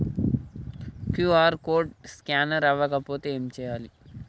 QR code scanner అవ్వకపోతే ఏం చేయాలి?